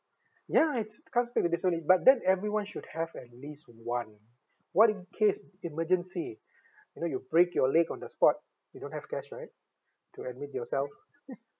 ya it's can't speak when there's only but then everyone should have at least one what in case emergency you know you break your leg on the spot you don't have cash right to admit yourself